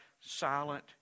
silent